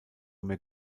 mehr